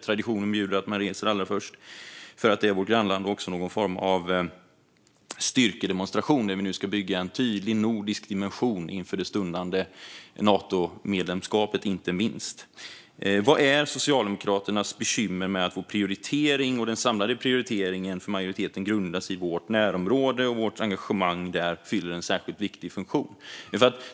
Traditionen bjuder att vi reser till Finland allra först, dels eftersom det är vårt grannland, dels eftersom detta utgör någon form av styrkedemonstration när det nu ska byggas en tydlig nordisk dimension inför det stundande Natomedlemskapet. Vad är Socialdemokraternas bekymmer med att den samlade prioriteringen från majoriteten grundar sig i vårt närområde och att vårt engagemang där fyller en särskilt viktig funktion?